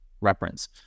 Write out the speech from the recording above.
reference